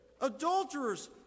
adulterers